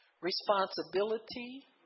responsibility